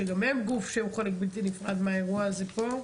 שגם הם גוף שהוא חלק בלתי נפרד מהאירוע הזה פה.